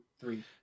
three